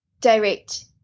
direct